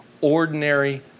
ordinary